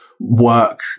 work